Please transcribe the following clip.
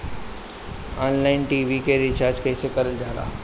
Online TV के recharge कईसे करल जाला?